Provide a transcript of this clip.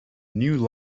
new